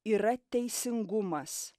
yra teisingumas